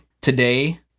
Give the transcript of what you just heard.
today